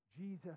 Jesus